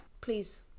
please